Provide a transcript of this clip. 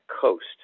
coast